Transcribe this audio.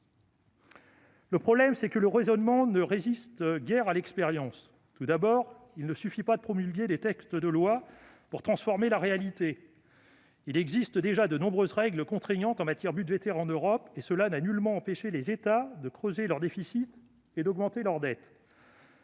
Le problème, c'est que ce raisonnement ne résiste guère à l'expérience. Tout d'abord, il ne suffit pas de promulguer des textes de loi pour transformer la réalité. De nombreuses règles contraignantes en matière budgétaire en Europe existent déjà, sans que cela ait nullement empêché les États de creuser leurs déficits et d'augmenter leur dette.